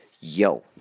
Yo